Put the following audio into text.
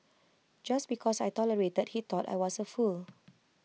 just because I tolerated he thought I was A fool